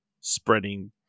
spreading